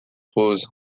rose